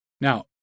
Now